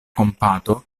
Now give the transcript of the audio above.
kompato